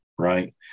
right